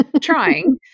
trying